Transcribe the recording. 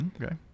Okay